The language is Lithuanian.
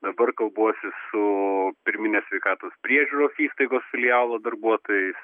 dabar kalbuosi su pirminės sveikatos priežiūros įstaigos filialo darbuotojais